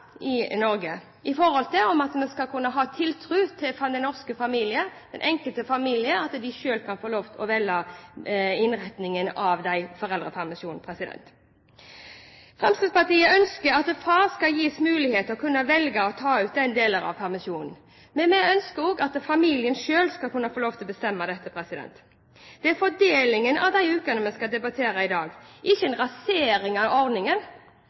i Norge i dag går på om vi skal kunne ha tiltro til at norske familier, den enkelte familie, selv skal kunne få lov til å velge innretning på foreldrepermisjonen. Fremskrittspartiet ønsker at far skal gis mulighet til å kunne velge å ta ut deler av permisjonen, men vi ønsker at familiene selv skal kunne få lov til å bestemme dette. Det er fordelingen av disse ukene vi skal debattere i dag, ikke en rasering av ordningen,